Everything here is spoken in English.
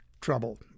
trouble